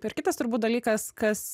ir kitas turbūt dalykas kas